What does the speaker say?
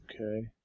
Okay